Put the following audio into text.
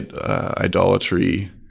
idolatry